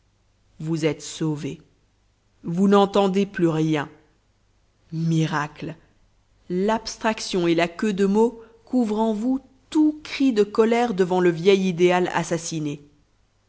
vous êtes sauvé vous n'entendez plus rien miracle l'abstraction et la queue de mot couvrent en vous tous cris de colère devant le vieil idéal assassiné